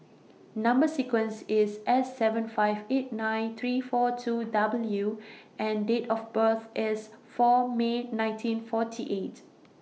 Number sequence IS S seven five eight nine three four two W and Date of birth IS four May nineteen forty eight